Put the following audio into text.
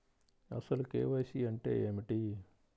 అసలు కే.వై.సి అంటే ఏమిటి?